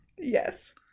Yes